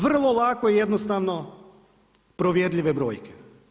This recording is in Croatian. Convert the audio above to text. Vrlo lako i jednostavno provjerljive brojke.